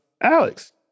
alex